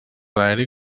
aeri